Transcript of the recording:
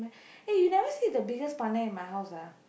eh you never see the biggest பானை:paanai in my house ah